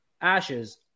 ashes